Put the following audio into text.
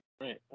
Right